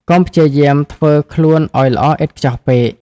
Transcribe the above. កុំព្យាយាមធ្វើខ្លួនឱ្យល្អឥតខ្ចោះពេក។